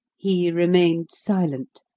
he remained silent,